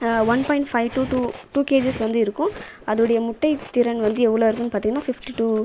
one point five to two two KGs வரைக்கும் இருக்கும் அதோடைய முட்டை திறன் வந்து எவ்வளோ இருக்குனு பார்த்திங்கன்னா ஃபிப்டி டூ